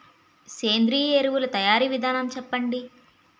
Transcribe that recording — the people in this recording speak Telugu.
సేంద్రీయ ఎరువుల తయారీ విధానం చెప్పండి?